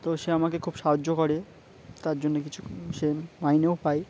তো সে আমাকে খুব সাহায্য করে তার জন্যে কিছু সে মাইনেও পায়